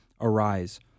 Arise